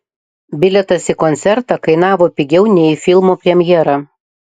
bilietas į koncertą kainavo pigiau nei į filmo premjerą